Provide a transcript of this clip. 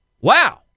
Wow